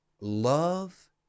love